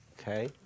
Okay